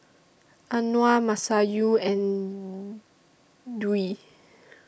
Anuar Masayu and Dwi